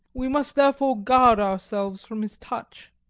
we must, therefore, guard ourselves from his touch.